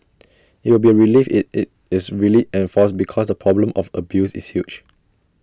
IT will be A relief if IT is really enforced because the problem of abuse is huge